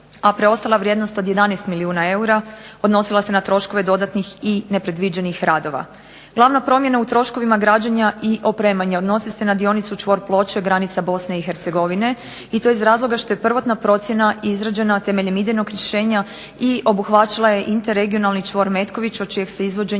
razloga što je prvotna procjena izrađena temeljem idejnog rješenja i obuhvaćala je interregionalni čvor Metković od čijeg se izvođenja